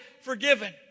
forgiven